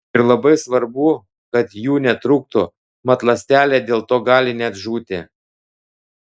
ir labai svarbu kad jų netrūktų mat ląstelė dėl to gali net žūti